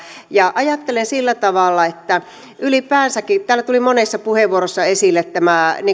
ja ajattelen sillä tavalla että ylipäänsäkin täällä tuli monessa puheenvuorossa esille nämä